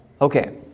Okay